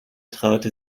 traute